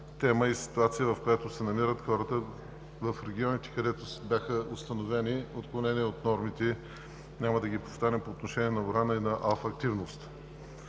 тема и ситуация, в която се намират хората в регионите, където бяха установени отклонения от нормите – няма да ги повтарям, по отношение на урана и на алфа активност.